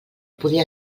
poder